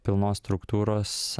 pilnos struktūros